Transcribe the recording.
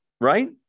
right